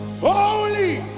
holy